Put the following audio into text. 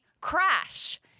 crash